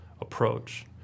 approach